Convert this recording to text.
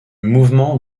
mouvement